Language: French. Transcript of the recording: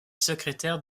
secrétaire